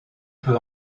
peut